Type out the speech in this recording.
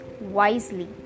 wisely